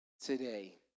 today